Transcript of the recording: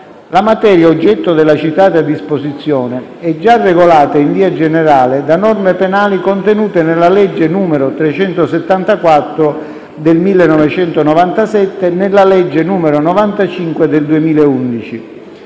La materia oggetto della citata disposizione è già regolata, in via generale, da norme penali contenute nella legge n. 374 del 1997 e nella legge n. 95 del 2011.